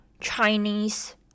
Chinese